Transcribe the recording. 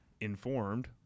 informed